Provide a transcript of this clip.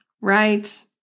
right